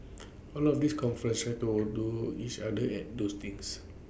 A lot of these conferences try to outdo each other at those things